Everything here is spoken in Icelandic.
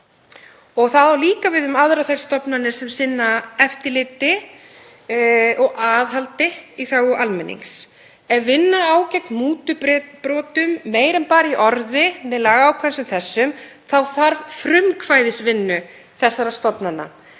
Það á líka við um aðrar þær stofnanir sem sinna eftirliti og aðhaldi í þágu almennings. Ef vinna á gegn mútubrotum meira en bara í orði með lagaákvæðum sem þessum þá þarf frumkvæðisvinnu þessara stofnana.